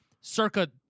circa